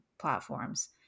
platforms